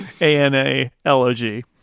A-N-A-L-O-G